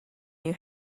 new